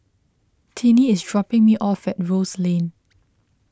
Tiney is dropping me off at Rose Lane